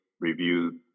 review